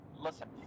Listen